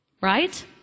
right